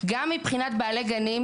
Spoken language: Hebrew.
גם מבחינת בעלי גנים,